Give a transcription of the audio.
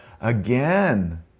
again